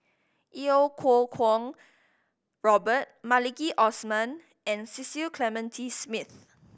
Iau Kuo Kwong Robert Maliki Osman and Cecil Clementi Smith